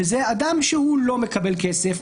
שזה אדם שלא מקבל כסף,